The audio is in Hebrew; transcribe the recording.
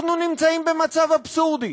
אנחנו נמצאים במצב אבסורדי: